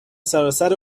سراسر